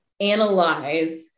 analyze